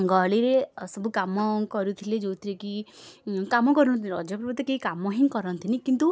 ଗଳିରେ ସବୁ କାମ କରୁଥିଲେ ଯେଉଁଥିରେକି କାମ କରୁନଥିଲେ ରଜ ପର୍ବରେ କେହି କାମ ହିଁ କରନ୍ତିନି କିନ୍ତୁ